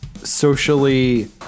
Socially